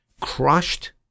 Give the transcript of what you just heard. crushed